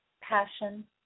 passion